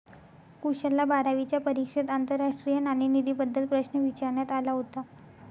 कुशलला बारावीच्या परीक्षेत आंतरराष्ट्रीय नाणेनिधीबद्दल प्रश्न विचारण्यात आला होता